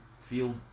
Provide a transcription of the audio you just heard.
feel